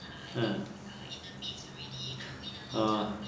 !huh! oh